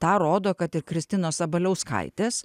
tą rodo kad ir kristinos sabaliauskaitės